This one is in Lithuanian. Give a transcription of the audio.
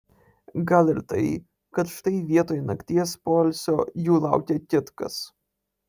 gal ir tai kad štai vietoj nakties poilsio jų laukia kitkas